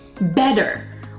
better